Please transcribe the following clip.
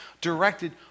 directed